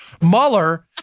Mueller